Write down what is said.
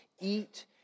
eat